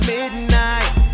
midnight